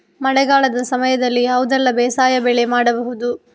ಮಳೆಗಾಲದ ಸಮಯದಲ್ಲಿ ಯಾವುದೆಲ್ಲ ಬೇಸಾಯ ಬೆಳೆ ಮಾಡಬಹುದು?